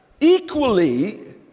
equally